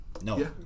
No